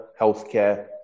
healthcare